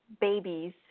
babies